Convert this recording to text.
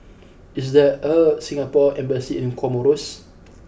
is there a Singapore embassy in Comoros